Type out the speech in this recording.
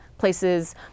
Places